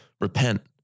repent